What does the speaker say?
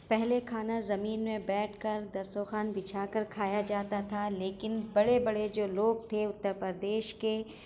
پہلے کھانا زمین میں بیٹھ کر دسترخوان بچھا کر کھایا جاتا تھا لیکن بڑے بڑے جو لوگ تھے اترپردیش کے